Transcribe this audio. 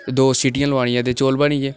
दो सीटियां लोआनियां ते चौल बनी गे